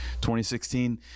2016